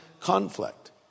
conflict